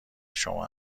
شما